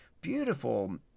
beautiful